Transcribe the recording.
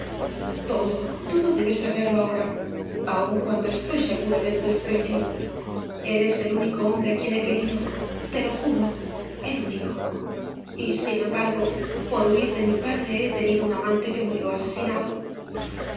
todo todo debes saberlo ahora aun cuando estoy segura de tu desprecio eres el único hombre á quien he querido te lo juro el único y sin embargo por huir de mi padre he tenido un amante que murió asesinado